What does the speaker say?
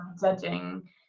judging